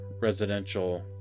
residential